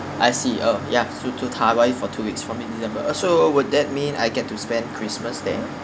I see uh ya so to hawaii for two weeks from mid december also would that mean I get to spend christmas there